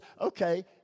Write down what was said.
okay